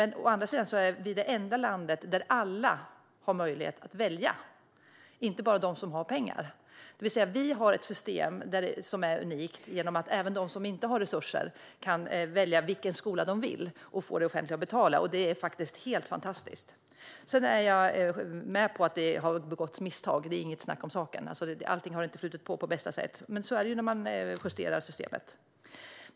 Å andra sidan är Sverige det enda land där alla har möjlighet att välja, inte bara de som har pengar. Vi har ett system som är unikt genom att även de som inte har resurser kan välja vilken skola de vill och få det offentliga att betala, och det är helt fantastiskt. Jag håller med om att det har begåtts misstag; det är inget snack om saken. Allt har inte flutit på på bästa sätt, men så är det när man justerar systemet.